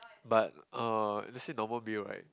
but uh let's say normal meal right